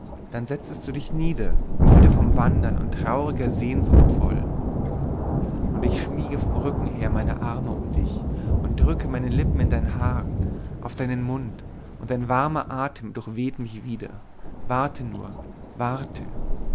dann setzest du dich nieder müde vom wandern und trauriger sehn sucht voll und ich schmiege vom rücken her meine arme um dich und drücke meine lippen in dein haar auf deinen mund und dein warmer atem durchweht mich wieder warte nur warte